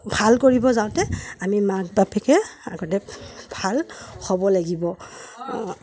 ভাল কৰিব যাওঁতে আমি মাক বাপেকে আগতে ভাল হ'ব লাগিব